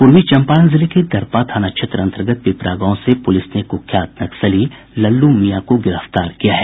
पूर्वी चम्पारण जिले के दरपा थाना क्षेत्र अन्तर्गत पिपरा गांव से पुलिस ने कुख्यात नक्सली लल्लू मियां को गिरफ्तार किया है